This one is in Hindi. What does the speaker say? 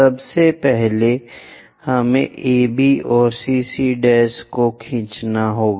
सबसे पहले हमें AB और CC' को खींचना होगा